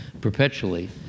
perpetually